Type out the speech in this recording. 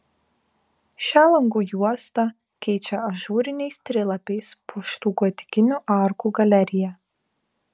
šią langų juostą keičia ažūriniais trilapiais puoštų gotikinių arkų galerija